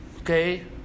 Okay